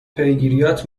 پیگیریات